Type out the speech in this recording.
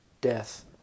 death